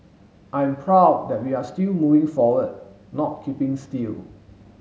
I'm proud that we are still moving forward not keeping still